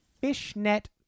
fishnet